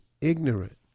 ignorant